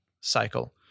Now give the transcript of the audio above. cycle